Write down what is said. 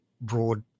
broad